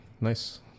Nice